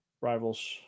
rivals